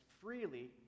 freely